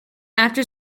after